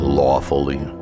lawfully